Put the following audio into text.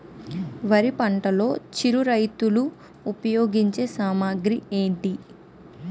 వరి పంటలో చిరు రైతులు ఉపయోగించే సామాగ్రి ఏంటి?